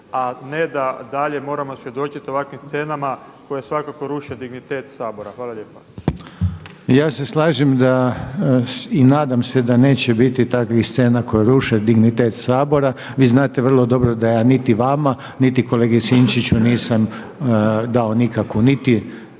a ne da dalje moramo svjedočiti ovakvim scenama koje svakako ruše dignitet Sabora. Hvala lijepa. **Reiner, Željko (HDZ)** Ja se slažem da i nadam se da neće biti takvih scena koje ruše dignitet Sabora. Vi znate vrlo dobro da ja niti vama niti kolegi Sinčiću nisam dao nikakvu niti